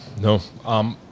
no